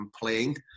playing